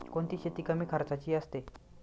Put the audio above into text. कोणती शेती कमी खर्चाची असते?